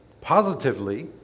Positively